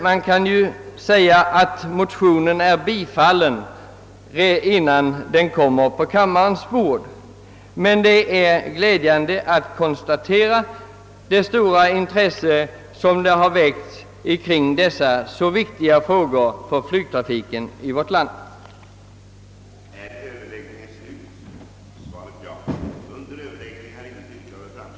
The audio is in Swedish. Man kan alltså säga att motionen bifallits redan innan den kom på kammarens bord, Det är glädjande att konstatera det stora intresse som genom motionerna väckts kring dessa för flygtrafiken i vårt land så viktiga frågor.